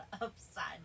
upside